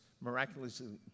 miraculously